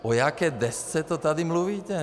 O jaké desce to tady mluvíte?